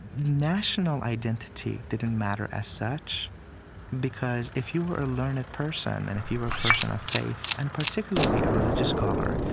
national identity didn't matter as such because if you were a learned person and if you were a person of faith, and particularly a religious scholar,